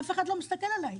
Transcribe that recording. אף אחד לא מסתכל עליי.